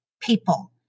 people